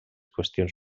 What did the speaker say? qüestions